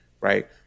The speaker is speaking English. Right